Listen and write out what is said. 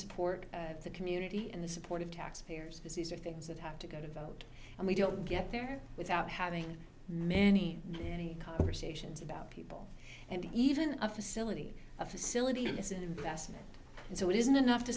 support of the community and the support of taxpayers is these are things that have to go to vote and we don't get there without having many many conversations about people and even a facility a facility is an investment and so it isn't enough to